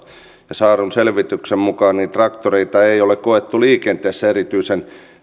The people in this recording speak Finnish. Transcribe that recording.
saadun selvityksen mukaan traktoreita ei ole koettu liikenteessä erityisen